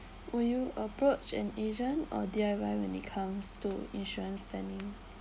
will you approach an agent or D_I_Y when it comes to insurance planning